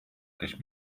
kes